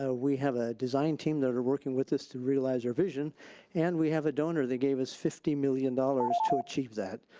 ah we have a design team that are working with us to realize our vision and we have a donor that gave us fifty million dollars to achieve that.